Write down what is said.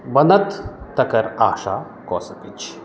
बनत तकर आशा कऽ सकैत छी